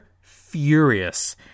furious